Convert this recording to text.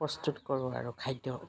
প্ৰস্তুত কৰোঁ আৰু খাদ্য